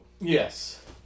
Yes